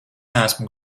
neesmu